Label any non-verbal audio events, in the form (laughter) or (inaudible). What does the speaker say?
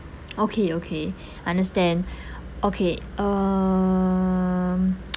okay okay (breath) understand (breath) okay um (noise)